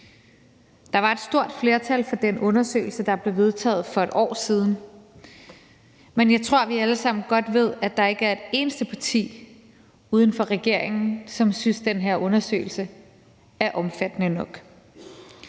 Der var et stort flertal for den undersøgelse, der blev vedtaget for et år siden, men jeg tror, at vi alle sammen godt ved, at der ikke er et eneste parti uden for regeringen, som synes, at den undersøgelse er omfattende nok.